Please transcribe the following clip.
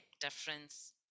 difference